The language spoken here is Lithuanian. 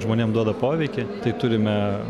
žmonėm duoda poveikį tai turime